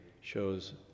shows